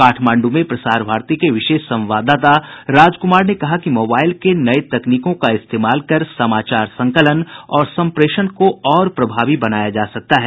काठमांडू में प्रसार भारती के विशेष संवाददाता राजकुमार ने कहा कि मोबाइल के नये तकनीकों का इस्तेमाल कर समाचार संकलन और संप्रेषण को और प्रभावी बनाया जा सकता है